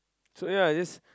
so ya this